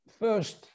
first